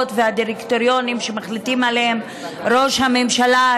והדירקטוריונים שמחליטים עליהם ראש הממשלה,